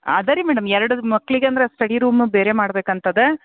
ಅದೇ ರೀ ಮೇಡಮ್ ಎರಡು ಮಕ್ಕಳಿಗಂದ್ರೆ ಸ್ಟಡಿ ರೂಮು ಬೇರೆ ಮಾಡ್ಬೇಕಂತಿದೆ